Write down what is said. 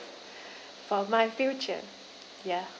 of my future ya